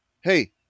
hey